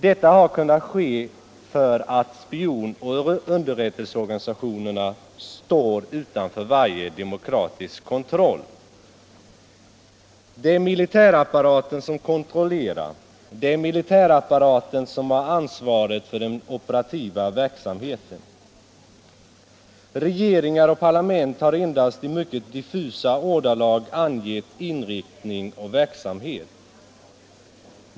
Detta har kunnat ske därför att spionoch underrättelseorganisationerna står utanför varje demokratisk kontroll. Det är militärapparaten som kontrollerar och det är militärapparaten som har ansvaret för den operativa verksamheten. Regeringar och parlament har endast i mycket diffusa ordalag angett inriktning och verksamhet.